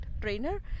trainer